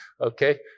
okay